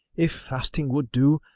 if fasting would do,